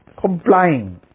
complying